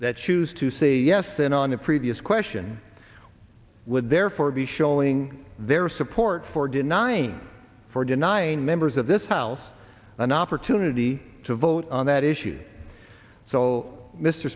that choose to say yes then on the previous question would therefore be showing their support for denying for denying members of this house an opportunity to vote on that issue so mr